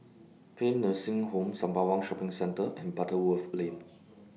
Paean Nursing Home Sembawang Shopping Centre and Butterworth Lane